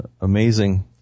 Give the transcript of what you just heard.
amazing